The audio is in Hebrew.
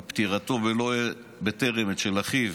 על פטירתו בטרם עת של אחיו